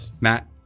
Matt